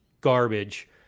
garbage